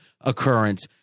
occurrence